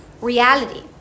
reality